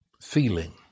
feeling